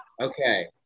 Okay